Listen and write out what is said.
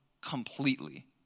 completely